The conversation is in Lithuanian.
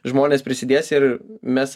žmonės prisidės ir mes